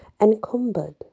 encumbered